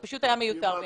זה פשוט היה מיותר בעיניי.